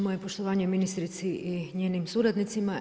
Moje poštovanje ministrici i njenim suradnicima.